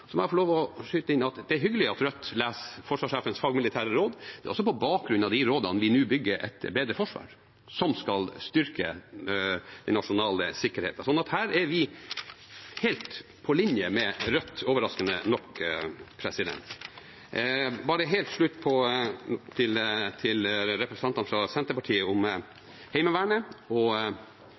Så må jeg få lov til å skyte inn at det er hyggelig at Rødt leser forsvarssjefens fagmilitære råd. Det er også på bakgrunn av de rådene vi nå bygger et bedre forsvar, som skal styrke den nasjonale sikkerheten. Så her er vi helt på linje med Rødt – overraskende nok. Helt til slutt til representantene fra Senterpartiet om Heimevernet